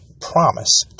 promise